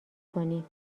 کنی